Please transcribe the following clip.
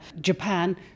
Japan